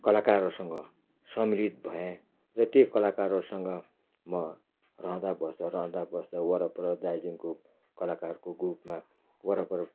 कलाहरूसँग सम्मेलित भएँ र त्यही कलाकारहरूसँग म रहँदाबस्दा रहँदाबस्दा वरपर दार्जिलिङको कलाकारको ग्रुपमा वरपर